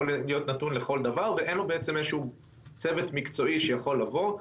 יכול להיות נתון לכל דבר ואין לו בעצם צוות מקצועי שיכול לבוא.